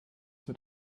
mit